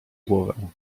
głowę